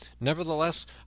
nevertheless